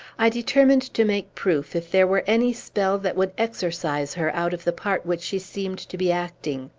i determined to make proof if there were any spell that would exorcise her out of the part which she seemed to be acting.